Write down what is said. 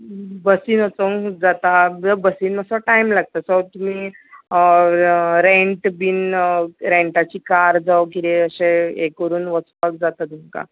बसीन वचोंक जाता बसीन मातसो टायम लागता सो तुमी रँट बीन रँटाची कार जावं कितें अशें हें करून वचपाक जाता तुमकां